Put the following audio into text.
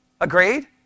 Agreed